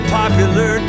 popular